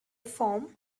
form